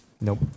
Nope